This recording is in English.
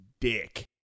dick